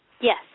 Yes